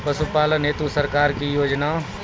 पशुपालन हेतु सरकार की योजना?